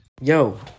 yo